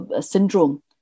syndrome